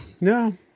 no